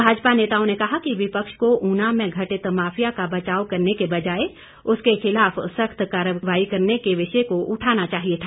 भाजपा नेताओं ने कहा कि विपक्ष को ऊना में घटित माफिया का बचाव करने के बजाए उसके खिलाफ सख्त कार्रवाई करने के विषय को उठाना चाहिए था